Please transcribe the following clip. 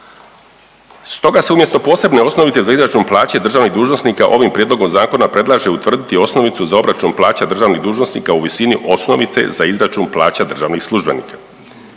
Stoga se umjesto posebne osnovice za izračun plaće državnih dužnosnika ovim Prijedlogom zakona predlaže utvrditi osnovicu za obračun plaća državnih dužnosnika u visini osnovice za izračun plaća državnih službenika.